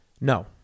No